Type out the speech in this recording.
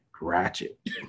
Ratchet